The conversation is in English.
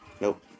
Nope